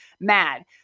mad